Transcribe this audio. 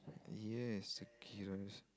yes rice